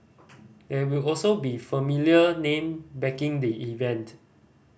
there will also be a familiar name backing the event